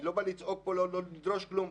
אני לא בא לצעוק כאן ולא לדרוש כלום.